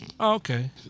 Okay